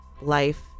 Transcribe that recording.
life